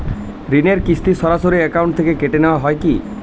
ঋণের কিস্তি সরাসরি অ্যাকাউন্ট থেকে কেটে নেওয়া হয় কি?